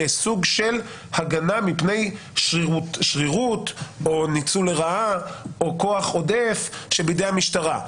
כסוג של הגנה מפני שרירות או ניצול לרעה או כוח עודף שבידי המשטרה.